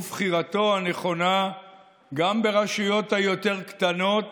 ובחירתו הנכונה גם ברשויות היותר-קטנות